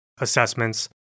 assessments